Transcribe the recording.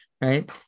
right